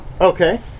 Okay